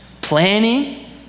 planning